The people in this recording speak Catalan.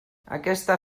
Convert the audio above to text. aquesta